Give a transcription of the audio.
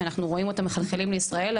שאנחנו רואים אותם מחלחלים לישראל,